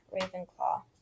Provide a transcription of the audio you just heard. Ravenclaw